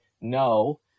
no